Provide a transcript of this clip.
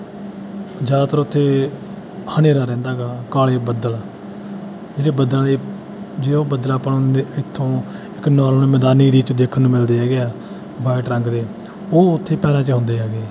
ਜ਼ਿਆਦਾਤਰ ਉੱਥੇ ਹਨੇਰਾ ਰਹਿੰਦਾ ਗਾ ਕਾਲੇ ਬੱਦਲ ਇਹਦੇ ਬੱਦਲਾਂ ਦੇ ਜੇ ਉਹ ਬੱਦਲ ਆਪਾਂ ਨੂੰ ਹਨੇ ਇੱਥੋਂ ਇੱਕ ਨੋਰਮਲ ਮੈਦਾਨੀ ਏਰੀਏ 'ਚ ਦੇਖਣ ਨੂੰ ਮਿਲਦੇ ਹੈਗੇ ਆ ਵਾਈਟ ਰੰਗ ਦੇ ਉਹ ਉੱਥੇ ਪੈਰਾਂ 'ਚ ਜਾਂਦੇ ਹੈਗੇ